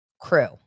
crew